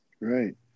Right